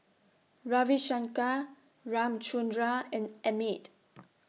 Ravi Shankar Ramchundra and Amit